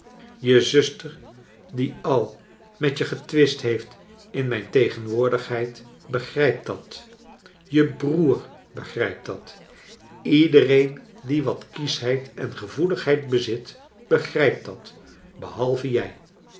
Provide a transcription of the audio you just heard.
je zuster die al met je getwist heeft in mijn tegenwoordigheid begrijpt dat je broer begrijpt dat iedereen die wat kieschheid en gevoeligheid bezit begrijpt dat behalve iij